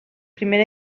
primer